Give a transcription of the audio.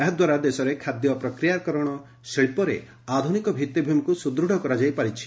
ଏହାଦ୍ୱାରା ଦେଶରେ ଖାଦ୍ୟ ପ୍ରକ୍ରିୟାକରଣ ଶିକ୍ଷରେ ଆଧୁନିକ ଭିଉିଭ୍ମିକୁ ସ୍ବଦୂତ୍ କରାଯାଇ ପାରିଛି